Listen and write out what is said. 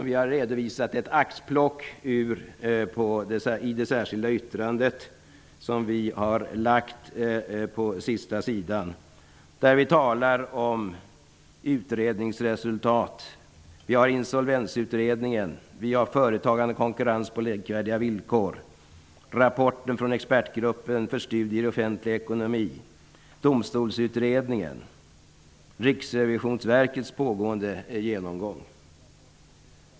Vi har i det särskilda yttrandet redovisat ett axplock av utredningar från senare år. Det är Domstolsutredningen och Riksrevisionsverkets pågående genomgång.